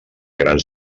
grans